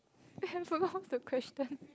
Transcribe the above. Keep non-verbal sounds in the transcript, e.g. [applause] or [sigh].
[laughs] forgot the question